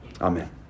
Amen